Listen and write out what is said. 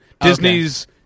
Disney's